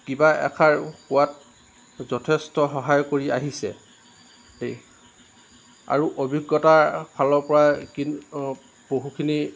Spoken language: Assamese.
কিবা এষাৰ কোৱাত যথেষ্ট সহায় কৰি আহিছে এই আৰু অভিজ্ঞতাৰ ফালৰ পৰা কিন্তু বহুখিনি